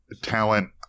talent